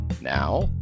Now